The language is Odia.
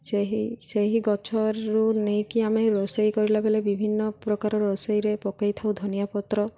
ସେହି ସେହି ଗଛରୁ ନେଇକି ଆମେ ରୋଷେଇ କରିଲା ବେଳେ ବିଭିନ୍ନ ପ୍ରକାର ରୋଷେଇରେ ପକାଇଥାଉ ଧନିଆ ପତ୍ର